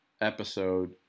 episode